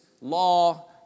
law